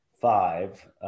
five